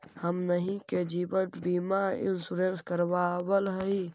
हमनहि के जिवन बिमा इंश्योरेंस करावल है?